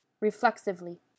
Reflexively